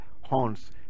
horns